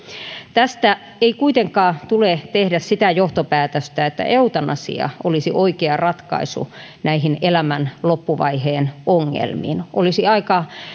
tästä ei kuitenkaan tule tehdä sitä johtopäätöstä että eutanasia olisi oikea ratkaisu näihin elämän loppuvaiheen ongelmiin olisi aika